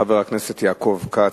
חבר הכנסת יעקב כץ,